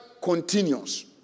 continues